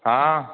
हँ